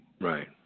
Right